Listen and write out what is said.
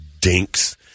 dinks